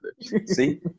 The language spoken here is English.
See